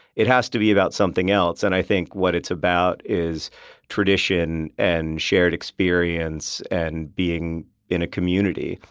it has to be about something else. and i think what it's about is tradition and shared experience and being in a community.